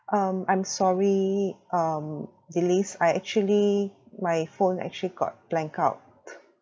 um I'm sorry um delise I actually my phone actually got blank out